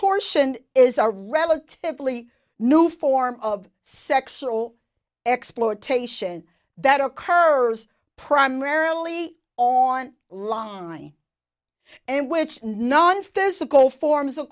tortion is a relatively new form of sexual exploitation that occurs primarily on line and which non physical forms of